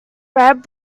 red